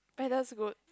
better is good